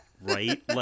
right